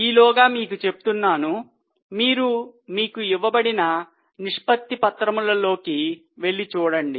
ఈలోగా మీకు చెప్తున్నాను మీరు మీకు ఇవ్వబడిన నిష్పత్తి పత్రములలోకి వెళ్లి చూడండి